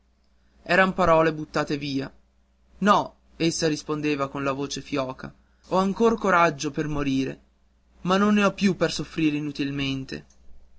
eran parole buttate via no essa rispondeva con la voce fioca ho ancora coraggio per morire ma non ne ho più per soffrire inutilmente